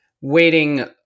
waiting